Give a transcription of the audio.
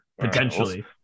potentially